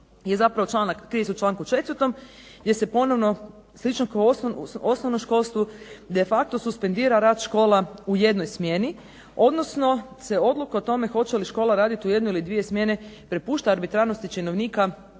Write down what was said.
srednje školstvo krije se u članku 10. gdje se ponovno slično kao u osnovnom školstvu de facto suspendira rad škola u jednoj smjeni, odnosno se odluka o tome hoće li škola raditi u jednoj ili dvije smjene prepušta arbitrarnosti činovnika